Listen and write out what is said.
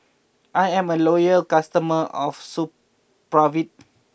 I'm a loyal customer of Supravit